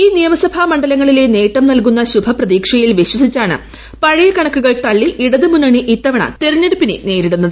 ഈ നിയമസഭാ മണ്ഡലങ്ങളിലെ നേട്ടം നൽകുന്ന ശുഭ പ്രതീക്ഷയിൽ വിശ്വസിച്ചാണ് പഴയ കണക്കുകൾ തള്ളി ഇടതുമുന്നണി ഇത്തവണ തിരഞ്ഞെടുപ്പിനെ നേരിടുന്നത്